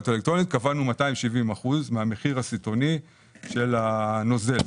אלקטרונית קבענו 270 אחוזים מהמחיר הסיטונאי של הנוזל.